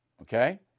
okay